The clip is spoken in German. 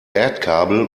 erdkabel